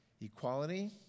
equality